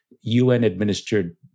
UN-administered